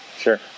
Sure